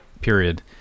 Period